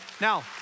Now